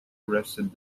arrested